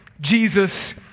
Jesus